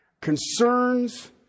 concerns